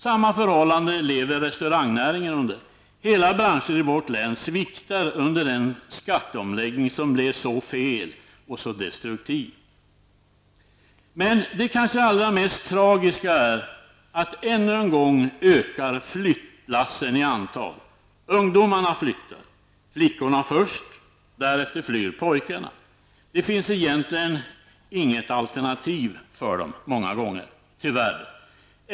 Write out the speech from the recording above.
Samma förhållande lever restaurangnäringen under. Hela branscher i vårt län sviktar under den skatteomläggning som blev så fel och destruktiv. Men det kanske allra mest tragiska är att ännu en gång ökar flyttlassen i antal. Ungdomarna flyttar. Flickorna först, därefter flyr pojkarna. Det finns egentligen inget alternativ för dem, tyvärr.